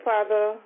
Father